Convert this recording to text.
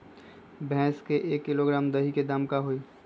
भैस के एक किलोग्राम दही के दाम का होई?